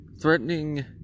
threatening